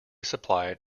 supplied